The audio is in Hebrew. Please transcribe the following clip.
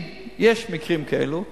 אם יש מקרים כאלה,